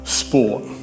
sport